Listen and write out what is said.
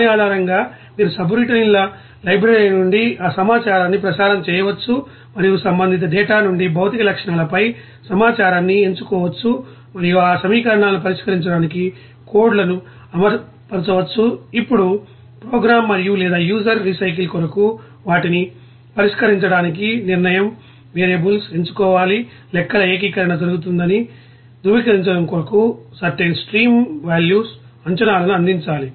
దాని ఆధారంగా మీరు సబ్రౌటిన్ల లైబ్రరీ నుండి ఆ సమాచారాన్ని ప్రసారం చేయవచ్చు మరియు సంబంధిత డేటా నుండి భౌతిక లక్షణాలపై సమాచారాన్ని ఎంచుకోవచ్చు మరియు ఆ సమీకరణాలను పరిష్కరించడానికి కోడ్ల అమలుపరుచవచ్చు ఇప్పుడు ప్రోగ్రామ్ మరియు లేదా యూజర్ రీసైకిల్ కొరకు వాటిని పరిష్కరించడానికి నిర్ణయం వేరియబుల్స్ ఎంచుకోవాలి లెక్కల ఏకీకరణ జరుగుతుందని ధృవీకరించుకోవడం కొరకు సర్టెన్ స్ట్రీమ్ వాల్యూస్ అంచనాలను అందించాలి